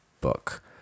book